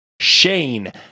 Shane